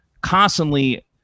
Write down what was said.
constantly